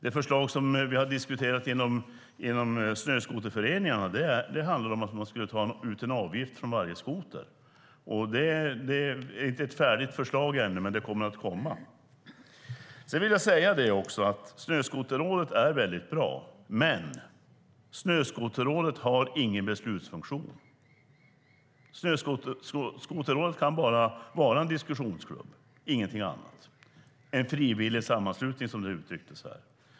Det förslag som vi har diskuterat inom snöskoterföreningarna handlar om att man skulle ta ut en avgift för varje skoter. Det är inte ett färdigt förslag ännu, men det kommer att komma. Jag vill också säga att Snöskoterrådet är väldigt bra, men det har ingen beslutsfunktion. Snöskoterrådet kan bara vara en diskussionsklubb, ingenting annat - en frivillig sammanslutning, som det uttrycktes här.